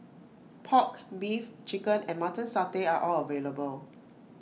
Pork Beef Chicken and Mutton Satay are all available